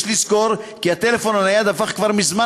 יש לזכור כי הטלפון הנייד הפך כבר מזמן